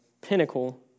pinnacle